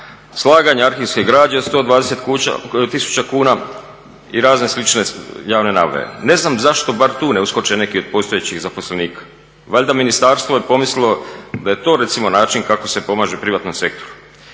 slaganja arhivske građe 120 tisuća kuna i razne slične javne nabave. Ne znam zašto bar tu ne uskoče neki od postojećih zaposlenika, valjda ministarstvo je pomislilo da je to recimo način kako se pomaže privatnom sektoru.